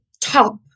top